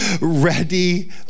Ready